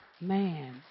man